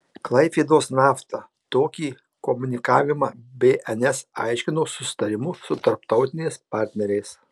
klaipėdos nafta tokį komunikavimą bns aiškino susitarimu su tarptautiniais partneriais